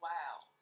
wow